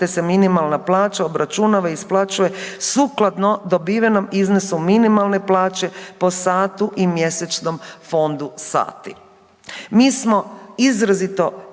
te se minimalna plaća obračunava i isplaćuje sukladno dobivenom iznosu minimalne plaće po satu i mjesečnom fondu sati.